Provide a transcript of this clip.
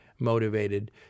motivated